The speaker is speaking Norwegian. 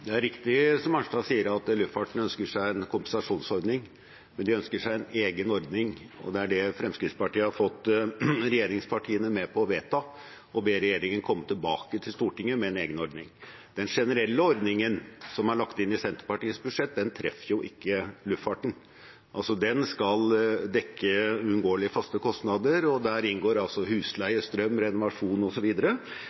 Det er riktig som Arnstad sier, at luftfarten ønsker seg en kompensasjonsordning, men de ønsker seg en egen ordning, og det er det Fremskrittspartiet har fått regjeringspartiene med på å vedta: å be regjeringen komme tilbake til Stortinget med en egen ordning. Den generelle ordningen som er lagt inn i Senterpartiets budsjett, treffer ikke luftfarten. Den skal dekke uunngåelige faste kostnader, og der inngår